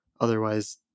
Otherwise